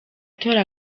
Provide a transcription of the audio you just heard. atora